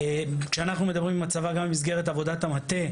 כשאנחנו מדברים עם הצבא גם במסגרת עבודת המטה,